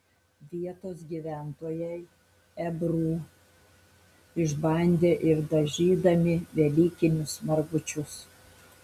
vietos gyventojai ebru išbandė ir dažydami velykinius margučius